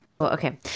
Okay